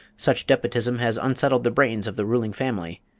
such despotism has unsettled the brains of the ruling family,